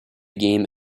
game